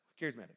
Charismatic